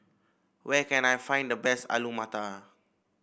where can I find the best Alu Matar